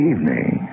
Evening